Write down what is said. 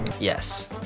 Yes